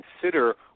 consider